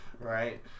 right